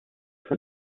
for